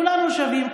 כולנו שווים,